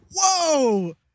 whoa